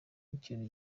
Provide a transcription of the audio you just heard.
n’ikintu